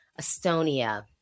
Estonia